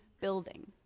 building